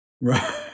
Right